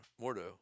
Mordo